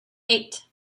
eight